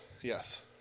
Yes